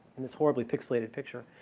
in this horribly pixilated picture,